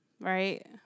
right